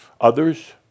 Others